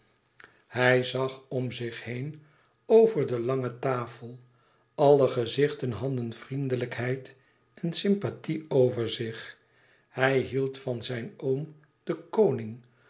hij zag om zich heen over de lange tafel alle gezichten hadden vriendelijkheid en sympathie over zich hij hield van zijn oom den koning